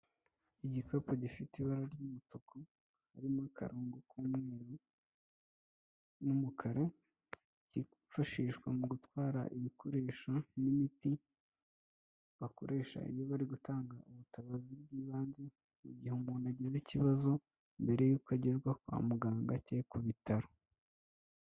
Igikapu gifite ibara ry'umutuku, harimo akarongo k'umweru n'umukara, cyifashishwa mu gutwara ibikoresho n'imiti bakoresha iyo bari gutanga ubutabazi bw'ibanze mu gihe umuntu agize ikibazo, mbere y'uko agezwa kwa muganga cyangwa ku bitaro.